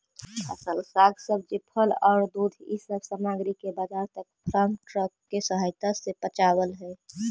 फसल, साग सब्जी, फल औउर दूध इ सब सामग्रि के बाजार तक फार्म ट्रक के सहायता से पचावल हई